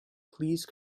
please